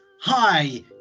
hi